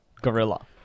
Gorilla